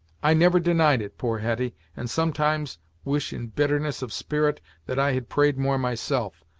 i never denied it, poor hetty, and sometimes wish in bitterness of spirit that i had prayed more myself,